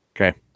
Okay